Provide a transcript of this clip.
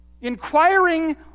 inquiring